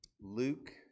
Luke